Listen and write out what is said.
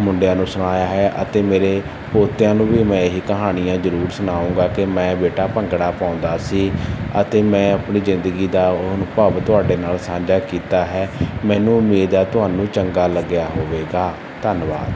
ਮੁੰਡਿਆਂ ਨੂੰ ਸੁਣਾਇਆ ਹੈ ਅਤੇ ਮੇਰੇ ਪੋਤਿਆਂ ਨੂੰ ਵੀ ਮੈਂ ਇਹ ਹੀ ਕਹਾਣੀਆਂ ਜ਼ਰੂਰ ਸੁਣਾਊਂਗਾ ਕਿ ਮੈਂ ਬੇਟਾ ਭੰਗੜਾ ਪਾਉਂਦਾ ਸੀ ਅਤੇ ਮੈਂ ਆਪਣੀ ਜ਼ਿੰਦਗੀ ਦਾ ਉਹ ਅਨੁਭਵ ਤੁਹਾਡੇ ਨਾਲ ਸਾਂਝਾ ਕੀਤਾ ਹੈ ਮੈਨੂੰ ਉਮੀਦ ਹੈ ਤੁਹਾਨੂੰ ਚੰਗਾ ਲੱਗਿਆ ਹੋਵੇਗਾ ਧੰਨਵਾਦ